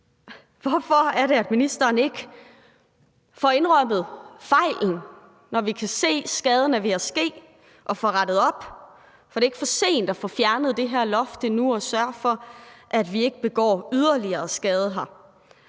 Hvorfor er det, at ministeren ikke får indrømmet fejlen, når vi kan se, at skaden er ved at ske, og får rettet op? For det er endnu ikke for sent at få fjernet det her loft og sørge for, at vi ikke gør yderligere skade her.